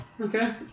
Okay